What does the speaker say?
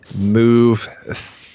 move